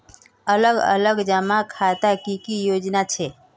अलग अलग जमा खातार की की योजना छे?